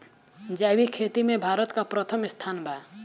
जैविक खेती में भारत का प्रथम स्थान बा